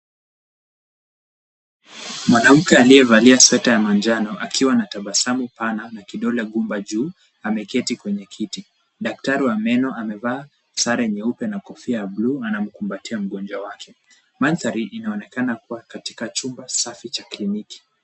Mwanamke aliyevalia sweta ya manjano akiwa anatabasamu pana na kidole gumba juu, ameketi kwenye kiti daktari wa meno amevaa sare nyeupe na kofia ya buluu anamkumbatia mgonjwa wake. Mandhari inaonekana kuwa katika chumba safi cha kliniki.